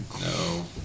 No